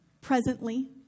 presently